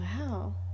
Wow